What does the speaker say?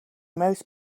most